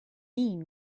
mean